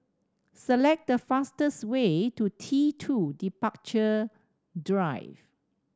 select the fastest way to T Two Departure Drive